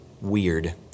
weird